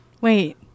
Wait